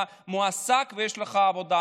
אתה מועסק ויש לך עבודה,